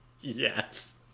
Yes